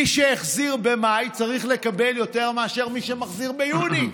מי שהחזיר במאי צריך לקבל יותר מאשר מי שמחזיר ביוני,